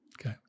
Okay